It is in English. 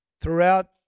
throughout